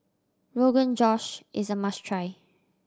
Rogan Josh is a must try